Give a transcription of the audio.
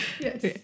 Yes